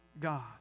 God